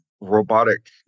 robotic